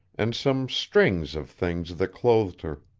and some strings of things that clothed her.